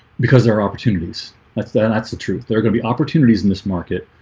because there are opportunities that's there that's the truth they're gonna be opportunities in this market